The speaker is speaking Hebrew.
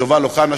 שובל אוחנה,